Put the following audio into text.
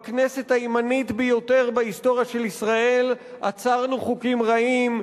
בכנסת הימנית ביותר בהיסטוריה של ישראל עצרנו חוקים רעים,